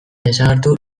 desagertu